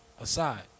aside